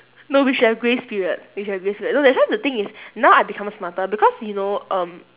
no we should have grace period we should have grace period no that's why the thing is now I become smarter because you know um